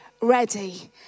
ready